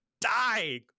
die